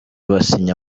basinye